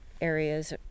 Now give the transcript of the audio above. areas